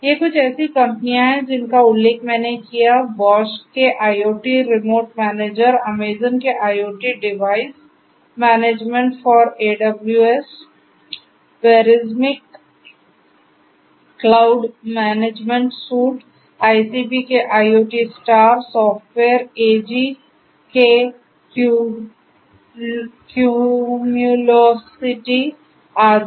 ये कुछ ऐसी कंपनियाँ हैं जिनका उल्लेख मैंने क्या बॉश के IoT रिमोट मैनेजर अमेज़ॅन के IoT device management for AWS वेरिज्मिक क्लाउड मैनेजमेंट सूट ICP के IoTstar सॉफ़्टवेयर एजी के कम्यूलोसिटी आदि